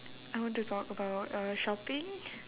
I want to talk about uh shopping